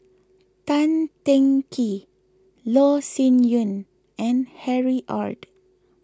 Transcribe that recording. Tan Teng Kee Loh Sin Yun and Harry Ord